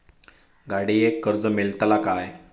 गाडयेक कर्ज मेलतला काय?